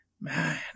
man